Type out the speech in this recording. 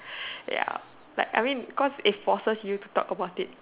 ya but I mean cause it forces you to talk about it